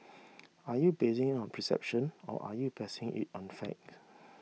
are you basing it on perception or are you basing it on fact